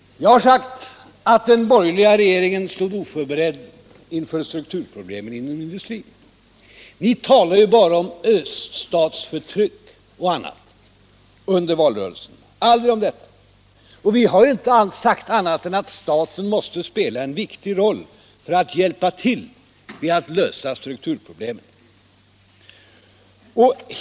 Jag har sagt att den borgerliga regeringen stod oförberedd inför strukturproblemen inom industrin. Ni talade ju bara om öststatsförtryck och annat under valrörelsen, aldrig om detta. Vi har inte alls sagt någonting annat än att staten måste spela en viktig roll för att hjälpa till med att lösa strukturproblemen.